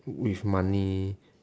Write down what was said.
with money